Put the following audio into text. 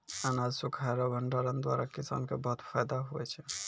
अनाज सुखाय रो भंडारण द्वारा किसान के बहुत फैदा हुवै छै